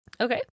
Okay